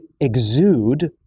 exude